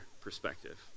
perspective